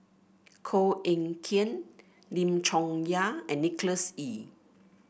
Koh Eng Kian Lim Chong Yah and Nicholas Ee